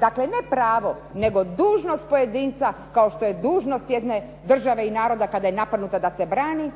dakle ne pravo, nego dužnost pojedinca kao što je dužnost jedne države i naroda kada je napadnuta da se brani,